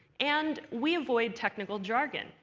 and we avoid technical jargon.